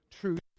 truth